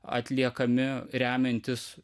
atliekami remiantis